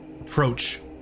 Approach